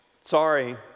sorry